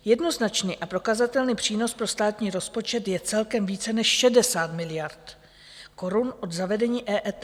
Jednoznačný a prokazatelný přínos pro státní rozpočet je celkem více než 60 miliard korun od zavedení EET.